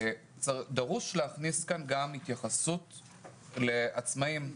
דרוש להכניס כאן גם התייחסות לעצמאים.